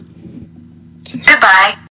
Goodbye